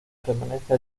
permanece